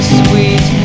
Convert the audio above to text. sweet